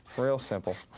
real simple.